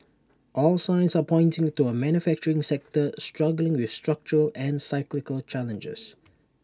all signs are pointing to A manufacturing sector struggling with structural and cyclical challenges